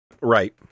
Right